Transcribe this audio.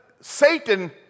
Satan